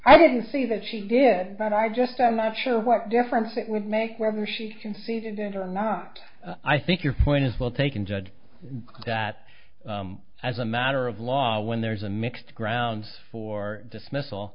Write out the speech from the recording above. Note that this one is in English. i didn't say that she did but i just i'm not sure what difference it would make wherever she conceded into i'm not i think your point is well taken judge that as a matter of law when there's a mixed grounds for dismiss